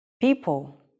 people